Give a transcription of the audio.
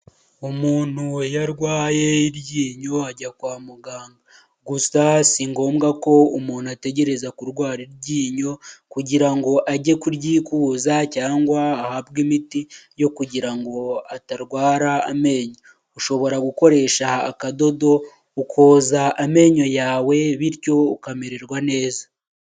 Umuntu iyo arwaye iryinyo ajya kwa muganga, gusa si ngombwa ko umuntu ategereza kurwara iryinyo kugira ngo ajye kuryikuza cyangwa ahabwe imiti yo kugira ngo atarwara amenyo, ushobora gukoresha akadodo ukoza amenyo yawe bityo ukamererwa neza.